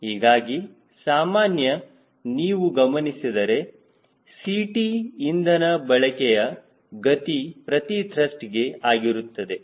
ಹೀಗಾಗಿ ಸಾಮಾನ್ಯ ನೀವು ಗಮನಿಸಿದರೆ Ct ಇಂಧನ ಬಳಕೆಯ ಗತಿ ಪ್ರತಿ ತಸ್ಟ್ ಗೆ ಆಗಿರುತ್ತದೆ